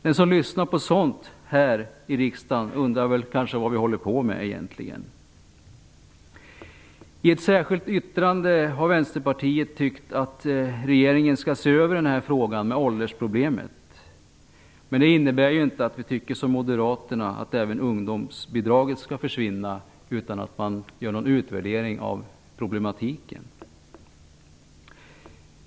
Den som lyssnar på sådant här i riksdagen undrar kanske vad vi håller på med egentligen. Vänsterpartiet har framfört i ett särskilt yttrande att regeringen skall se över frågan om åldersproblemet. Men det innebär inte att vi tycker som moderaterna, att även ungdomsbidraget skall försvinna utan att man gör någon utvärdering av problematiken.